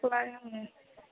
फरायनो